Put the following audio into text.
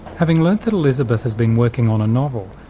having learned that elizabeth has been working on a novel,